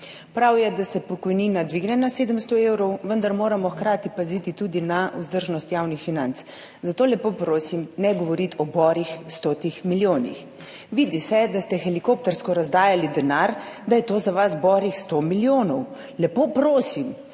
Prav je, da se pokojnina dvigne na 700 evrov, vendar moramo hkrati paziti tudi na vzdržnost javnih financ, zato lepo prosim, ne govoriti o borih stotih milijonih. Vidi se, da ste helikoptersko razdajali denar, da je to za vas borih sto milijonov. Lepo prosim,